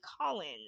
Collins